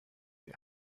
die